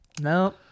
No